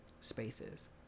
spaces